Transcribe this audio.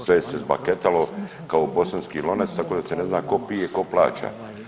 Sve se zbaketalo kao bosanski lonac, tako da se ne zna tko pije, tko plaća.